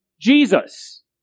Jesus